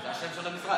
זה השם של המשרד.